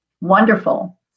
wonderful